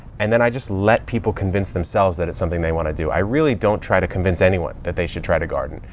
and then i just let people convince themselves that it's something they want to do. i really don't try to convince anyone that they should try to garden.